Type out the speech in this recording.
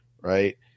right